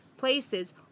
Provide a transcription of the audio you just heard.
Places